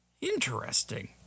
interesting